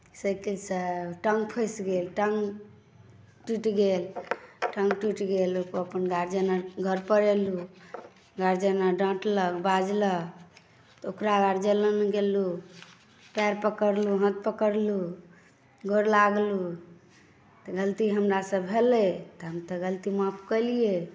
सइकिलसँ टाँग फँसि गेल टाँग टूटि गेल टाँग टूटि गेल ओहिपर अपन गार्जियन लग घर अयलहुँ गार्जियन डाँटलक बाजलक तऽ ओकरा गार्जियन लग गेलहुँ पएर पकड़लहुँ हाथ पकड़लहुँ गोर लागलहुँ तऽ गलती हमरासँ भेलै तऽ हम तऽ गलती माफ केलियै